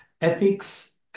ethics